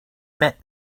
met